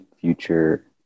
future